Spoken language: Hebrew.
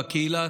בקהילה,